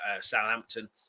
Southampton